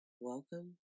Welcome